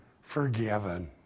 forgiven